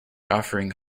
offering